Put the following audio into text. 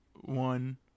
one